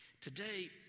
Today